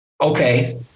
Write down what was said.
Okay